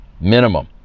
Minimum